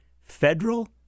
federal